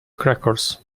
crackers